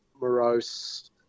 morose